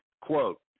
quote